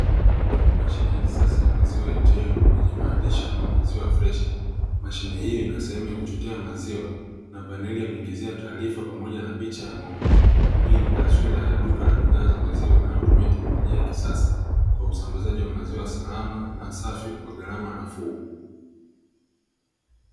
Mashine ya kisasa ya maziwa "ATM" yenye maandishi kama maziwa freshi, mashine hiyo inasehemu ya kuchotea maziwa na paneli ya kuingizia taarifa pamoja na picha ya ng'ombe, hii ni taswira ya duka la bidhaa za maziwa inayotumia teknolojia ya kisasa kwa usambazaji wa maziwa salama na safi kwa gharama nafuu.